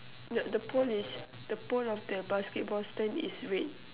nope the pole is the pole of the basketball stand is red